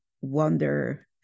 wonder